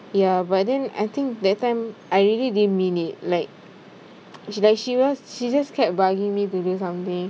ya but then I think that time I really didn't mean it like she was she just kept bugging me to do something